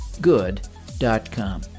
good.com